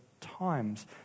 times